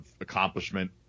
accomplishment